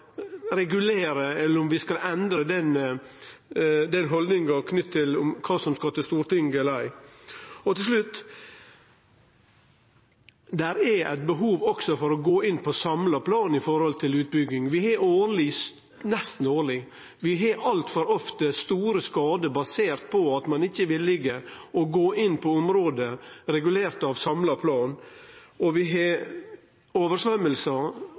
regulere, eller om vi skal endre haldninga knytt til kva som skal til Stortinget eller ikkje. Og til slutt: Det er eit behov også for å gå inn på samla plan når det gjeld utbygging. Nesten årleg, altfor ofte, har vi store skadar baserte på at ein ikkje er villig til å gå inn på område regulert av samla plan. Vi har overfløymingar og samfunnsskadar, og det representerer milliardbeløp fordi vi